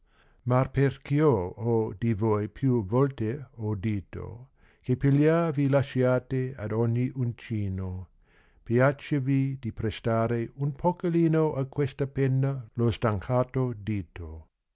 ma perch io ho di voi più volte odito che pigliar vi lasciate ad ogni uncino piacciavi di prestare un pocolino a quésta penna lo stancato dito